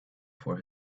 for